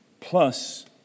plus